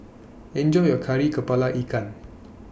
Enjoy your Kari Kepala Ikan